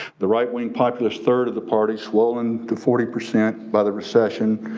the right-wing populists third of the party swollen to forty percent by the recession,